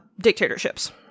dictatorships